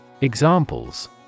Examples